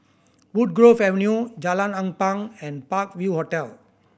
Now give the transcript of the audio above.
Woodgrove Avenue Jalan Ampang and Park View Hotel